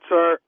Sir